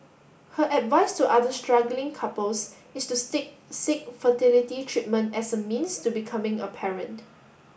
her advice to other struggling couples is to seek fertility treatment as a means to becoming a parent